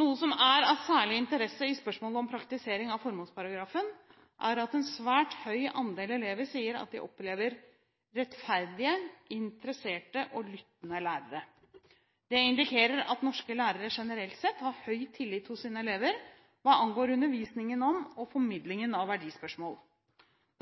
Noe som er av særlig interesse i spørsmålet om praktisering av formålsparagrafen, er at en svært høy andel elever sier at de opplever rettferdige, interesserte og lyttende lærere. Det indikerer at norske lærere generelt sett har høy tillit hos sine elever hva angår undervisningen om og formidlingen av verdispørsmål.